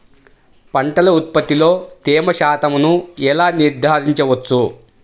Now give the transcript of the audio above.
పంటల ఉత్పత్తిలో తేమ శాతంను ఎలా నిర్ధారించవచ్చు?